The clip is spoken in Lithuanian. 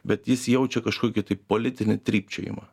bet jis jaučia kažkokį tai politinį trypčiojimą